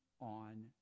on